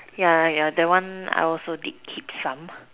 yeah yeah that one I also did keep some